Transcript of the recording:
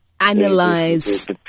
analyze